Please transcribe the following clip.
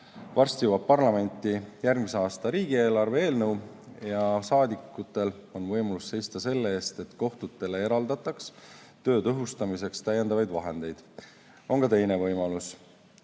Varsti jõuab parlamenti järgmise aasta riigieelarve eelnõu ja saadikutel on võimalus seista selle eest, et kohtutele eraldataks töö tõhustamiseks täiendavaid vahendeid. On ka teine võimalus: